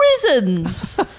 prisons